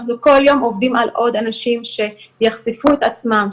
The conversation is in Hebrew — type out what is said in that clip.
אנחנו כל יום עובדים על עוד אנשים שיחשפו את עצמם,